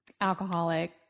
alcoholic